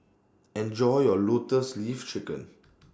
Enjoy your Lotus Leaf Chicken